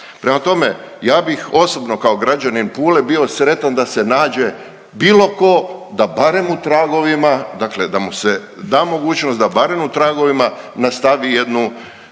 Prema tome, ja bih osobno kao građanin Pule bio sretan da se nađe bilo tko da barem u tragovima dakle da mu se da mogućnost da barem u tragovima nastavi jednu,